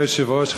אדוני היושב-ראש,